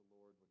Lord